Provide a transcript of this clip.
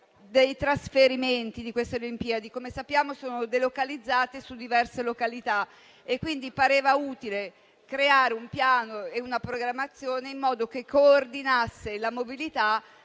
dei trasferimenti di queste Olimpiadi, che come sappiamo sono delocalizzate su diverse località e quindi pareva utile creare un piano e una programmazione in modo che si coordinasse la mobilità